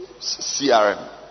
crm